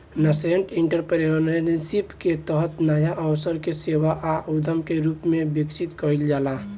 nascent entrepreneurship के तहत नाया अवसर के सेवा आ उद्यम के रूप में विकसित कईल जाला